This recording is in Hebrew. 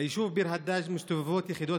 ביישוב ביר הדאג' מסתובבות יחידות